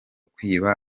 kwiba